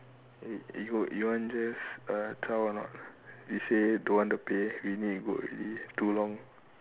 eh you you want just uh zao or not you say don't want the pay we need to go already too long